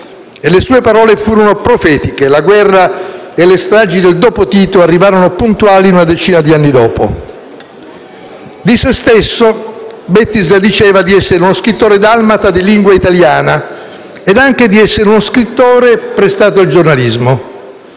Le sue furono parole profetiche. La guerra e le stragi del dopo Tito arrivarono puntuali una decina di anni dopo. Di se stesso, Bettiza diceva di essere uno scrittore dalmata di lingua italiana ed anche d'essere uno scrittore prestato al giornalismo.